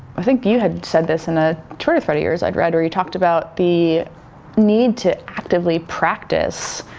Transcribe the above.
i think you had said this in a twitter thread of yours i'd read where you talked about the need to actively practice